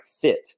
fit